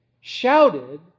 shouted